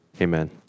Amen